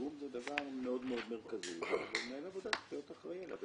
פיגום הוא דבר מרכזי מאוד ומנהל העבודה צריך להיות אחראי עליו